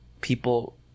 people